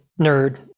nerd